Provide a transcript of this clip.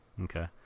Okay